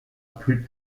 plus